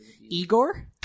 Igor